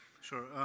Sure